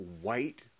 white